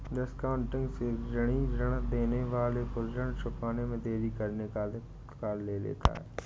discounting से ऋणी ऋण देने वाले को ऋण चुकाने में देरी करने का अधिकार ले लेता है